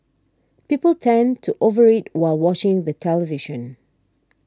people tend to over eat while watching the television